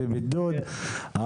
שהיית בבידוד.